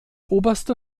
oberste